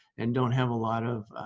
and don't have a lot of